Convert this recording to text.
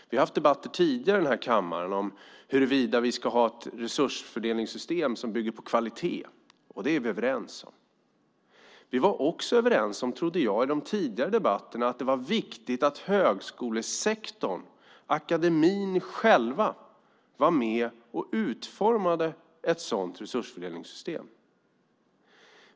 Vi har haft debatter tidigare i den här kammaren om huruvida vi ska ha ett resursfördelningssystem som bygger på kvalitet, och det är vi överens om. Vi var också överens om, trodde jag, i de tidigare debatterna om att det var viktigt att högskolesektorn, akademin själv, var med och utformade ett sådant resursfördelningssystem.